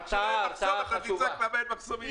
מחר כשלא יהיה מחסום, אתה תצעק: למה אין מחסומים?